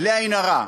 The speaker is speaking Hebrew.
בלי עין הרע,